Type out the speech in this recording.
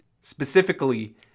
specifically